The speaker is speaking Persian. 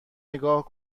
نگاه